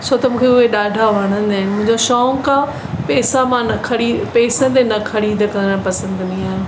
छो त मूंखे उहे ॾाढा वणंदा आहिनि मुंहिंजो शौंक़ु आहे पेसा मां न खणी पेसे ते न खरीद करण पसंदि कंदी आहियां